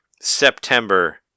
September